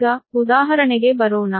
ಈಗ ಉದಾಹರಣೆಗೆ ಬರೋಣ